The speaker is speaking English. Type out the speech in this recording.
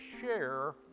share